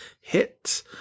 hit